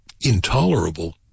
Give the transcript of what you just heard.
intolerable